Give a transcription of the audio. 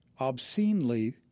obscenely